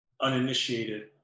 uninitiated